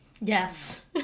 Yes